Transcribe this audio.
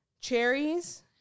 cherries